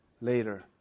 later